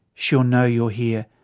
she'll know you're here,